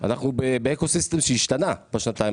אנחנו באקו סיסטם שהשתנה בשנתיים